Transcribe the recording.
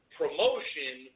promotion